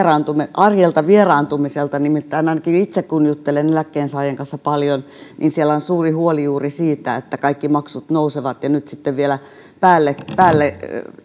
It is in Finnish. arjesta vieraantumiselta nimittäin kun ainakin itse juttelen paljon eläkkeensaajien kanssa niin heillä on suuri huoli juuri siitä että kaikki maksut nousevat ja nyt sitten vielä päälle päälle